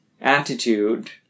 attitude